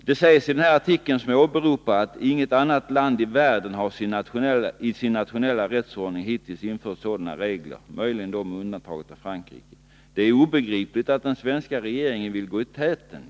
Det sägs vidare i den artikel som jag åberopar: ”Inget annat land i världen har i sin nationella rättsordning hittills infört sådana regler” — möjligen med undantag av Frankrike. ”Det är obegripligt att den svenska regeringen vill gå i täten.